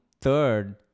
third